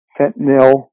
fentanyl